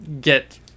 get